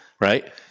right